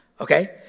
Okay